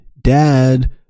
Dad